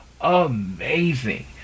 amazing